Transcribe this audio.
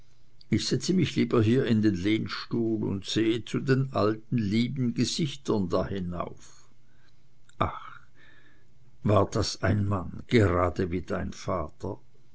ich setze mich lieber hier in den lehnstuhl und sehe zu den alten lieben gesichtern da hinauf ach war das ein mann gerade wie dein vater